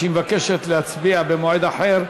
שהיא מבקשת להצביע במועד אחר,